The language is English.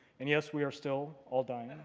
and yes we are still all dying. ah